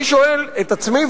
אני שואל את עצמי,